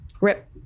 Rip